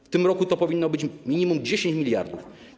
W tym roku to powinno być minimum 10 mld zł.